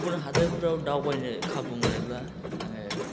गुबुन हादरफोराव दावबायनो खाबु मोनोब्ला आङो